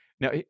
Now